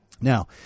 Now